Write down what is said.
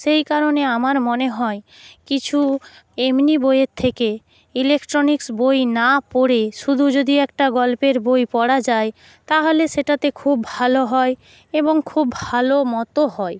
সেই কারণে আমার মনে হয় কিছু এমনি বইয়ের থেকে ইলেকট্রনিক্স বই না পড়ে শুধু যদি একটা গল্পের বই পড়া যায় তাহলে সেটাতে খুব ভালো হয় এবং খুব ভালো মতো হয়